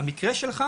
במקרה שלך,